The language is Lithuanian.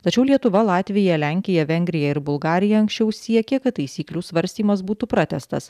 tačiau lietuva latvija lenkija vengrija ir bulgarija anksčiau siekė kad taisyklių svarstymas būtų pratęstas